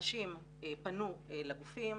אנשים פנו לגופים.